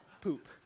Poop